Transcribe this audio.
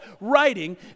writing